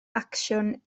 acsiwn